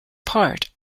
part